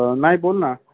नाही बोल ना